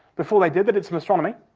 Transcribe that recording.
before they did, they did some astronomy.